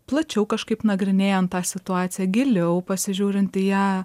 plačiau kažkaip nagrinėjant tą situaciją giliau pasižiūrint į ją